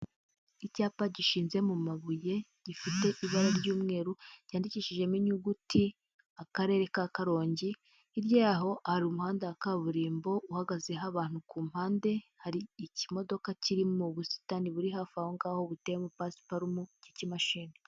Icyapa gishinze mu mabuye gifite ibara ry'umweru cyandikishijemo inyuguti akarere ka Karongi hirya y'aho hari umuhanda wa kaburimbo uhagazeho abantu ku mpande hari ikimodoka kiri mu busitani buri hafi aho ngaho buteyemo pasiparume cy'icyimashini.